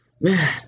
man